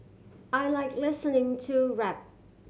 I like listening to rap